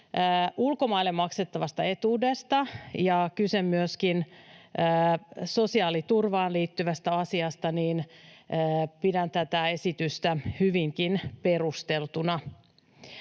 ulkomaille maksettavasta etuudesta ja kyse myöskin sosiaaliturvaan liittyvästä asiasta, niin pidän tätä esitystä hyvinkin perusteltuna.